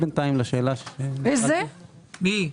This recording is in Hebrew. רלב"ד,